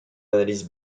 analyse